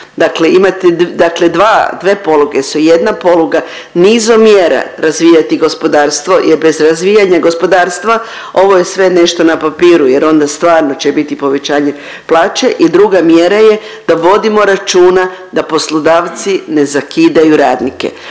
dakle dva, dve poluge su, jedna poluga nizom mjera razvijati gospodarstvo jer bez razvijanja gospodarstva ovo je sve nešto na papiru jer onda stvarno će biti povećanje plaće i druga mjera je da vodimo računa da poslodavci ne zakidaju radnike.